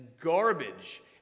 garbage